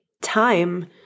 time